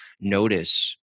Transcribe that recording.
notice